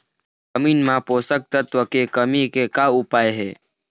जमीन म पोषकतत्व के कमी का उपाय हे?